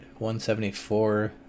174